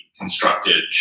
constructed